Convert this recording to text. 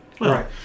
Right